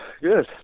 good